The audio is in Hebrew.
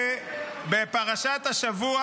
בפרשת השבוע